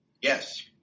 Yes